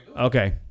Okay